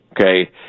okay